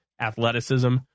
athleticism